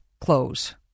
close